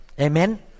Amen